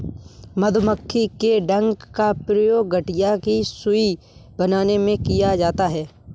मधुमक्खी के डंक का प्रयोग गठिया की सुई बनाने में किया जाता है